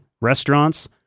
restaurants